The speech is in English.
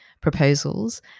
proposals